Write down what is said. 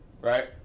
Right